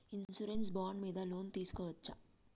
Insurance bond మీద loan తీస్కొవచ్చా?